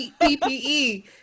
PPE